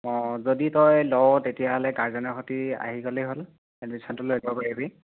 অঁ যদি তই লৱ তেতিয়াহ'লে গাৰজেনৰ সৈতে আহি গ'লেই হ'ল এডমিশ্যনটো লৈ ল'ব পাৰিবি